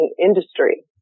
industry